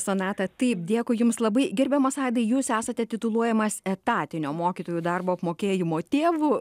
sonata taip dėkui jums labai gerbiamas adai jūs esate tituluojamas etatinio mokytojų darbo apmokėjimo tėvu